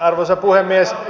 arvoisa puhemies